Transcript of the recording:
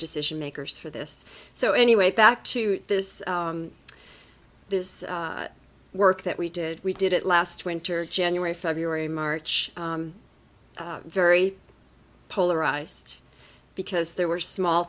decision makers for this so any way back to this this work that we did we did it last winter january february march very polarized because there were small